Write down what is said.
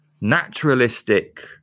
naturalistic